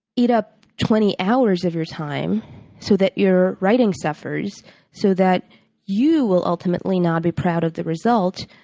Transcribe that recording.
eat up twenty hours of your time so that your writing suffers so that you will ultimately not be proud of the result,